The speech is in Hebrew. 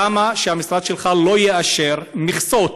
למה שהמשרד שלך לא יאשר מכסות